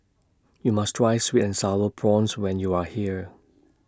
YOU must Try Sweet and Sour Prawns when YOU Are here